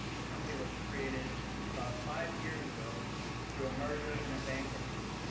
ah company was created about five years ago through a merger and a bankruptcy.